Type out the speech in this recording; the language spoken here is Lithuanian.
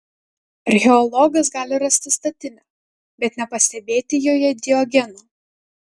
archeologas gali rasti statinę bet nepastebėti joje diogeno